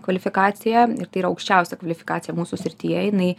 kvalifikaciją ir tai yra aukščiausia kvalifikacija mūsų srityje jinai